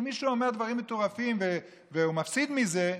אם מישהו אומר דברים מטורפים והוא מפסיד מזה,